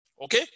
Okay